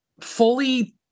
fully